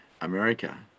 America